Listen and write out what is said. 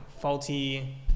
faulty